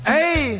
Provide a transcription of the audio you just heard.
Hey